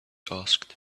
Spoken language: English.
asked